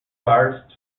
cards